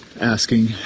asking